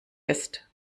ist